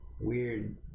weird